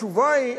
התשובה היא,